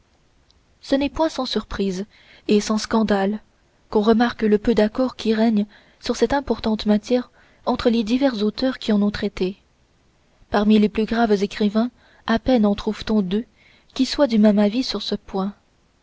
ce n'est point sans surprise et sans scandale qu'on remarque le peu d'accord qui règne sur cette importante matière entre les divers auteurs qui en ont traité parmi les plus graves écrivains à peine en trouve-t-on deux qui soient du même avis sur ce point